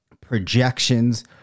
projections